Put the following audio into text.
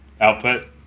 Output